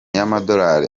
y’amadolari